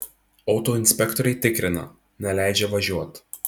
autoinspektoriai tikrina neleidžia važiuot